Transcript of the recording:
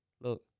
Look